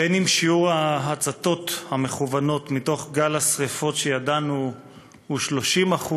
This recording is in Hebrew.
בין ששיעור ההצתות המכוונות מתוך גל השרפות שידענו הוא 30%